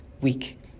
week